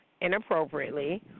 inappropriately